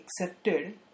accepted